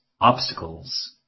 obstacles